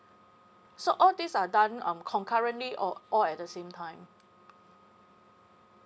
so all these are done um concurrently or all at the same time